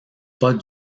pas